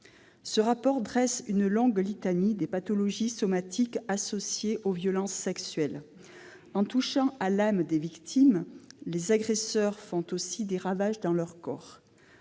Ce rapport dresse une longue liste des pathologies somatiques associées aux violences sexuelles. En touchant à l'âme des victimes, les agresseurs font aussi des ravages dans leur corps.